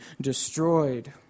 destroyed